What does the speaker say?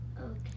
Okay